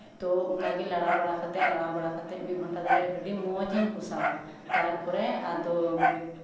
ᱟᱫᱚ ᱚᱱᱠᱟ ᱜᱮ ᱞᱟᱲᱟᱣ ᱵᱟᱲᱟᱣ ᱠᱟᱛᱮ ᱚᱱᱠᱟ ᱜᱮ ᱢᱤᱫ ᱜᱷᱚᱱᱴᱟ ᱫᱷᱚᱨᱮ ᱟᱹᱰᱤ ᱢᱚᱸᱡᱽ ᱠᱚᱥᱟᱣᱟ ᱛᱟᱨᱯᱚᱨᱮ ᱟᱫᱚ